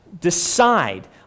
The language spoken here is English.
decide